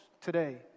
today